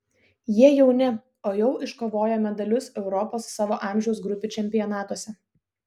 jie jauni o jau iškovojo medalius europos savo amžiaus grupių čempionatuose